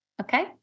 Okay